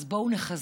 אז בואו נחזק